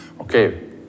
Okay